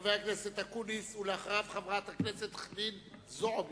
חבר הכנסת אקוניס, ואחריו, חברת הכנסת חנין זועבי.